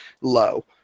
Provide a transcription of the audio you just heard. low